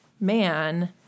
man